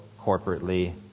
corporately